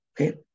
okay